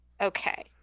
Okay